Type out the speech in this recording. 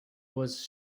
was